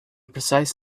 precise